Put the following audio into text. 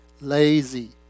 Lazy